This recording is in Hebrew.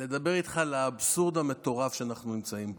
לדבר איתך על האבסורד המטורף שאנחנו נמצאים בו.